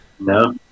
No